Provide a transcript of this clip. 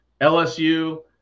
LSU